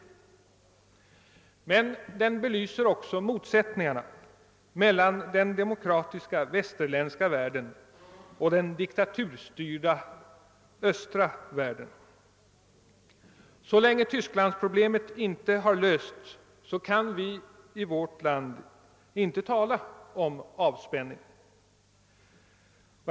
Läget i Berlin belyser också motsättningarna mellan den demokratiska västerländska världen och den diktaturstyrda östra världen. Så länge Tysklands-problemet inte har lösts kan vi i vårt land inte tala om avspänning.